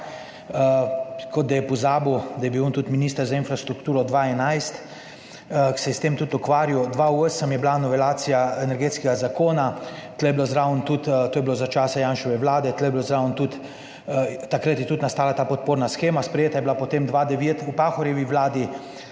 Kot da je pozabil, da je bil on tudi minister za infrastrukturo 2011, ki se je s tem tudi ukvarjal. 2008 e bila novelacija Energetskega zakona, tu je bilo zraven tudi, to je bilo za časa Janševe vlade, tu je bilo zraven tudi, takrat je tudi nastala ta podporna shema, sprejeta je bila potem 2009 v Pahorjevi vladi.